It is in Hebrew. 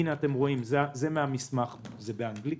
הנה, זה מהמסמך, זה באנגלית.